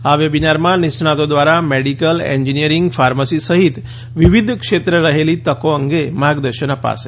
આ વેબીનારમાં નિષ્ણાંતો દ્વારા મેડિકલ એન્જીનીયરીંગ ફાર્મસી સહિત વિવિધ ક્ષેત્રે રહેલી તકો અંગે માર્ગદર્શન અપાશે